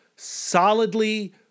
solidly